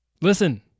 Listen